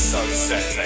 Sunset